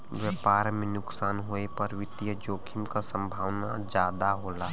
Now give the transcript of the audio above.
व्यापार में नुकसान होये पर वित्तीय जोखिम क संभावना जादा हो जाला